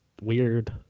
weird